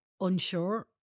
unsure